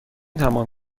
تمام